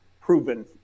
proven